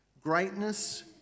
Greatness